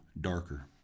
darker